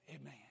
Amen